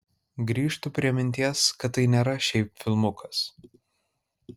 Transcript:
grįžtu prie minties kad tai nėra šiaip filmukas